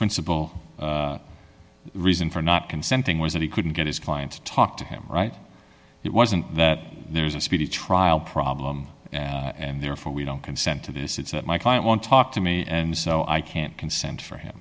principle reason for not consenting was that he couldn't get his client to talk to him right it wasn't that there's a speedy trial problem and therefore we don't consent to this it's that my client want to talk to me and so i can't consent for him